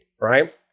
right